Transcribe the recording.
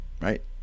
right